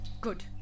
Good